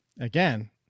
Again